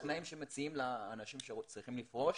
כי התנאים שמציעים לאנשים שצריכים לפרוש,